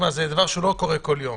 זה דבר שלא קורה כל יום.